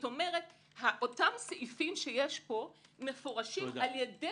כלומר אותם סעיפים שיש פה מפורשים על-ידי